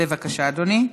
בבקשה, אדוני.